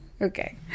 Okay